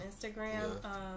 Instagram